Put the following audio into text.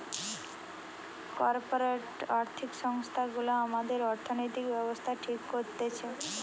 corporate আর্থিক সংস্থা গুলা আমাদের অর্থনৈতিক ব্যাবস্থা ঠিক করতেছে